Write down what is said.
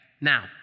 Now